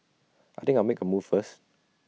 I think I'll make A move first